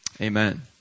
Amen